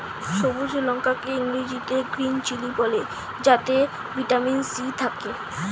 সবুজ লঙ্কা কে ইংরেজিতে গ্রীন চিলি বলে যাতে ভিটামিন সি থাকে